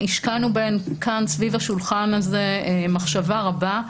השקענו בהן כאן סביב השולחן הזה מחשבה רבה,